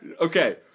Okay